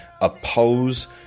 oppose